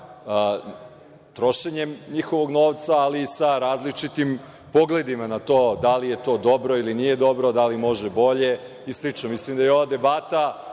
trošenjem njihovog novca, ali i sa različitim pogledima na to, da li je to dobro ili nije dobro, da li može bolje i slično. Mislim da je ova debata,